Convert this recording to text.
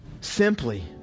simply